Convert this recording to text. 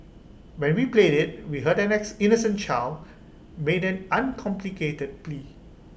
and when we played IT we heard an innocent child made an uncomplicated plea